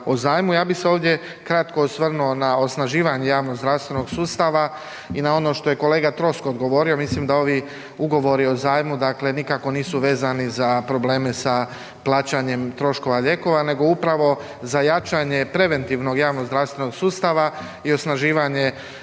ja bih se ovdje kratko osvrnuo na osnaživanje javnozdravstvenog sustava i na ono što je kolega Troskot govorio. Mislim da ovi ugovori o zajmu nikako nisu vezani za probleme sa plaćanjem troškova lijekova nego upravo za jačanje preventivnog javnozdravstvenog sustava i osnaživanje